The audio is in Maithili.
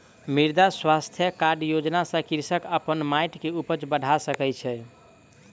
मृदा स्वास्थ्य कार्ड योजना सॅ कृषक अपन माइट के उपज बढ़ा सकै छै